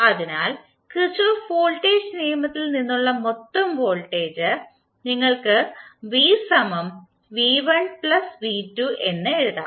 അതിനാൽ Kirchhoff voltage നിയമത്തിൽ നിന്നുള്ള മൊത്തം വോൾട്ടേജ് നിങ്ങൾക്ക് എന്ന് എഴുതാം